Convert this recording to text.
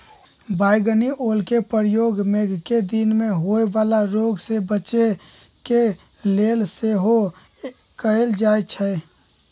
बइगनि ओलके प्रयोग मेघकें दिन में होय वला रोग से बच्चे के लेल सेहो कएल जाइ छइ